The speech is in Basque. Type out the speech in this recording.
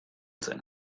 zen